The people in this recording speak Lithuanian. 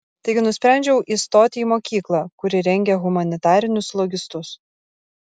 taigi nusprendžiau įstoti į mokyklą kuri rengia humanitarinius logistus